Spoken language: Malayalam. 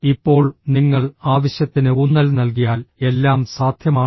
ഇപ്പോൾ നിങ്ങൾ ആവശ്യത്തിന് ഊന്നൽ നൽകിയാൽ എല്ലാം സാധ്യമാണ്